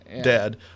dad